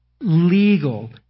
legal